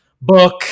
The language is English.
book